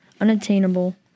unattainable